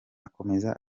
akomeza